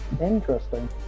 Interesting